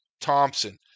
Thompson